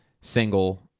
single